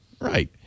Right